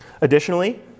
Additionally